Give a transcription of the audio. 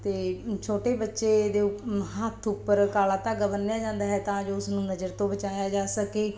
ਅਤੇ ਛੋਟੇ ਬੱਚੇ ਦੇ ਉਪ ਹੱਥ ਉੱਪਰ ਕਾਲਾ ਧਾਗਾ ਬੰਨ੍ਹਿਆ ਜਾਂਦਾ ਹੈ ਤਾਂ ਜੋ ਉਸਨੂੰ ਨਜ਼ਰ ਤੋਂ ਬਚਾਇਆ ਜਾ ਸਕੇ